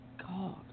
God